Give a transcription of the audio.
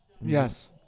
Yes